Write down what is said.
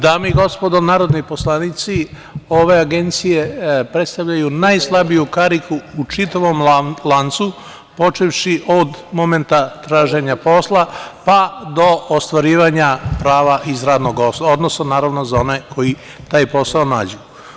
Dame i gospodo narodni poslanici, ove agencije predstavljaju najslabiju kariku u čitavom lancu počevši od momenta traženja posla, pa do ostvarivanja prava, odnosno naravno za one koji taj posao nađu.